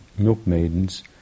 milkmaidens